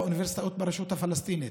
באוניברסיטאות ברשות הפלסטינית,